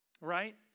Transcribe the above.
right